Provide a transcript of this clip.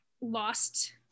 lost